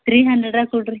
three hundred ಹಾಕಿ ಕೊಡಿರಿ